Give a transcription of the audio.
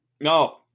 No